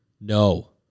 no